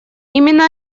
именно